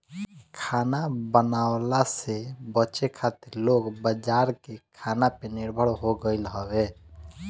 खाना बनवला से बचे खातिर लोग बाजार के खाना पे निर्भर हो गईल हवे